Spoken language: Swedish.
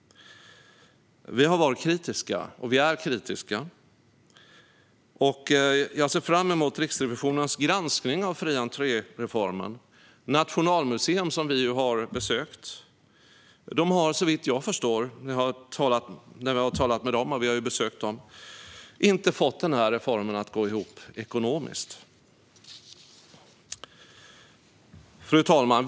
Vi har varit och är kritiska. Jag ser fram emot Riksrevisionens granskning av fri-entré-reformen. Nationalmuseum, som vi har talat med och besökt, har såvitt jag förstår inte fått reformen att gå ihop ekonomiskt. Fru talman!